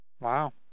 Wow